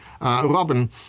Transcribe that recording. Robin